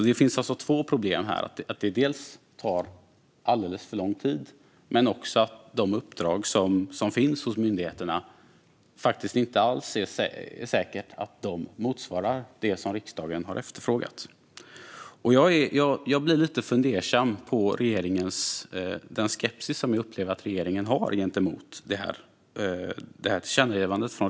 Det finns alltså två problem här, dels att det tar alldeles för lång tid, dels att det uppdrag som finns hos myndigheterna inte säkert motsvarar det riksdagen har efterfrågat. Jag blir lite fundersam över den skepsis regeringen har till riksdagens tillkännagivande.